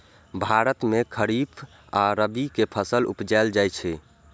भारत मे खरीफ आ रबी के फसल उपजाएल जाइ छै